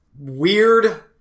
Weird